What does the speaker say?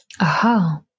Aha